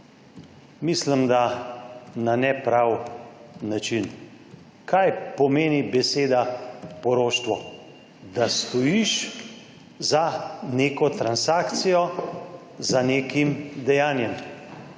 mislim, da na nepravi način. Kaj pomeni beseda poroštvo? Da stojiš za neko transakcijo, za nekim dejanjem.